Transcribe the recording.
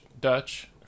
dutch